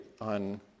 on